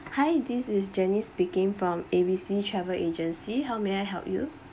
hi this is jenny speaking from A B C travel agency how may I help you